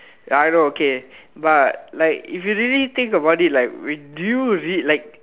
ya I know okay but like if you really think about it like wait do you really like